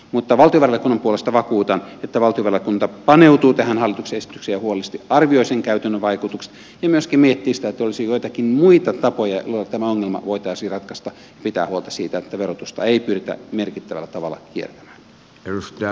mutta valtiovarainvaliokunnan puolesta vakuutan että valtiovarainvaliokunta paneutuu tähän hallituksen esitykseen ja huolellisesti arvioi sen käytännön vaikutukset ja myöskin miettii sitä olisiko joitakin muita tapoja joilla tämä ongelma voitaisiin ratkaista ja pitää huolta siitä että verotusta ei pyritä merkittävällä tavalla kiertämään